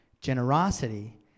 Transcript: generosity